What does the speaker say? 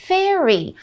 ，Fairy，